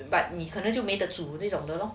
but 你可能就没得煮这种的 lor